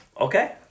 Okay